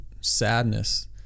sadness